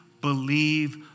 believe